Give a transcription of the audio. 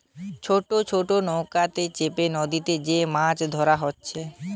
ছোট ছোট নৌকাতে চেপে নদীতে যে মাছ ধোরা হচ্ছে